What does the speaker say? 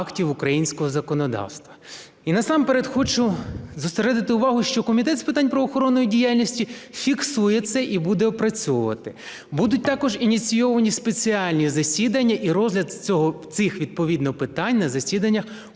українського законодавства. І насамперед хочу зосередити увагу, що Комітет з питань правоохоронної діяльності фіксує це і буде опрацьовувати. Будуть також ініційовані спеціальні засідання і розгляд цих відповідно питань на засіданнях